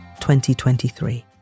2023